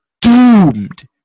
doomed